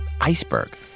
iceberg